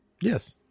Yes